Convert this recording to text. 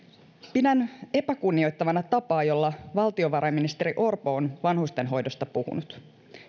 pidän epäkunnioittavana tapaa jolla valtiovarainministeri orpo on vanhustenhoidosta puhunut